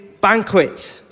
banquet